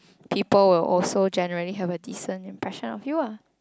people will also generally have a decent impression of you ah